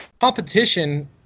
competition